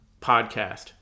podcast